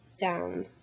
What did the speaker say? down